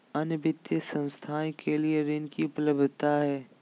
अन्य वित्तीय संस्थाएं के लिए ऋण की उपलब्धता है?